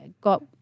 got